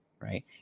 right